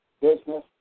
business